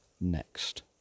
next